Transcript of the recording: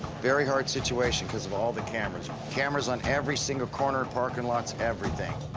very hard situation because of all the cameras. cameras on every single corner, parking lots, everything.